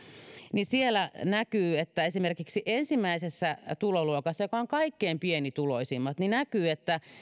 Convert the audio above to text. näkyy että esimerkiksi ensimmäisessä tuloluokassa joka on kaikkein pienituloisimmat